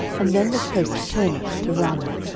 and then the coast turneth to ramah,